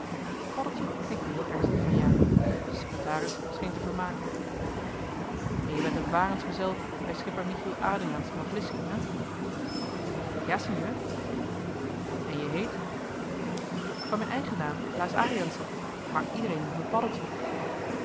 paddeltje knikte heel ernstig van ja wat den secretaris scheen te vermaken en jij bent een varensgezel bij schipper michiel adriaensze van vlissingen hè ja sinjeur en je heet van mijn eigen naam klaas ariensze maar iedereen noemt me paddeltje